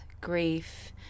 grief